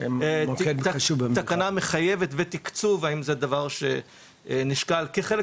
תקנה מחייבת בתקצוב האם זה דבר שנשקל כחלק